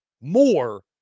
more